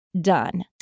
done